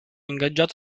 ingaggiato